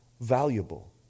valuable